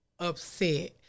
Upset